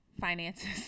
Finances